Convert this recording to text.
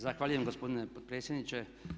Zahvaljujem gospodine potpredsjedniče.